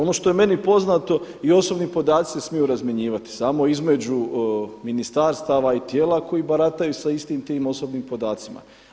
Ono što je meni poznato i osobni podaci se smiju razmjenjivati samo između ministarstava i tijela koji barataju sa istim tim osobnim podacima.